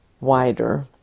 wider